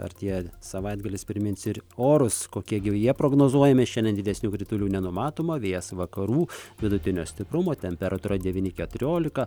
artėja savaitgalis priminsiu ir orus kokie jie prognozuojami šiandien didesnių kritulių nenumatoma vėjas vakarų vidutinio stiprumo temperatūra devyni keturiolika